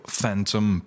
Phantom